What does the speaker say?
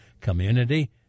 community